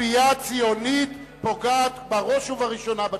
כפייה ציונית פוגעת בראש ובראשונה בציונות.